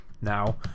now